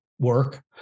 work